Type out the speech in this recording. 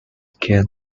gained